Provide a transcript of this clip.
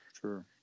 Sure